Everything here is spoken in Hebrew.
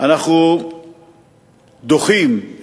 אנחנו דוחים,